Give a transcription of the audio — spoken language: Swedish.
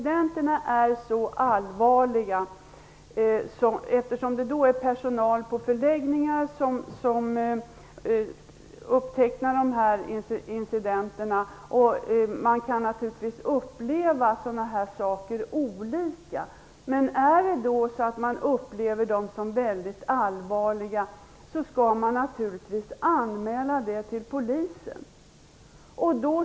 Det är personalen på förläggningarna som upptecknar incidenterna, och man kan naturligtvis uppleva sådana här saker olika. Men om man upplever incidenterna som väldigt allvarliga skall man naturligtvis anmäla det till polisen.